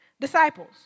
disciples